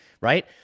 right